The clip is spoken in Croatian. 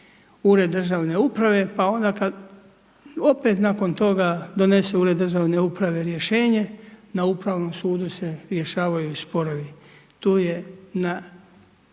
ured državne uprave, pa onda kad opet nakon toga donese ured državne uprave rješenje na Upravnom sudu se rješavaju sporovi. Tu je na